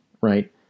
right